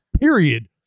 period